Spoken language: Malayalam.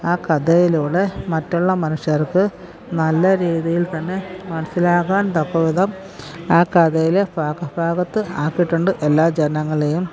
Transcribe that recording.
ആ കഥയിലൂടെ മറ്റുള്ള മനുഷ്യർക്ക് നല്ല രീതിയിൽത്തന്നെ മനസ്സിലാക്കാൻ തക്കവിധം ആ കഥയിൽ ഭാഗത്ത് ആക്കിയിട്ടുണ്ട് എല്ലാ ജനങ്ങളെയും